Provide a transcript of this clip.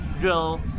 drill